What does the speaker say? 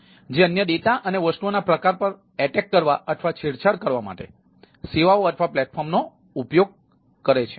જે અન્ય ડેટા અને વસ્તુઓના પ્રકાર પર હુમલો કરવા અથવા છેડછાડ કરવા માટે સેવાઓ અથવા પ્લેટફોર્મનો ઉપયોગ કરે છે